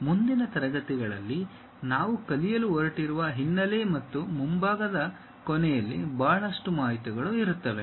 ಆದ್ದರಿಂದ ಮುಂದಿನ ತರಗತಿಗಳಲ್ಲಿ ನಾವು ಕಲಿಯಲು ಹೊರಟಿರುವ ಹಿನ್ನೆಲೆ ಮತ್ತು ಮುಂಭಾಗದ ಕೊನೆಯಲ್ಲಿ ಬಹಳಷ್ಟು ಮಾಹಿತಿಗಳು ಇರುತ್ತವೆ